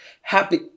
Happy